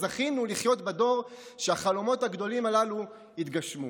זכינו לחיות בדור שבו החלומות הגדולים הללו התגשמו.